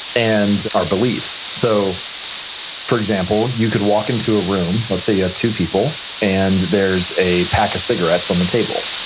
and our beliefs so for example, you could walk into a room. let's say you have two people, and there's a pack of cigarettes on the table,